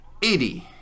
80